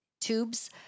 tubes